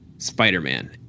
Spider-Man